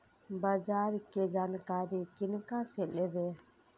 बाजार कै जानकारी किनका से लेवे?